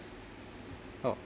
oh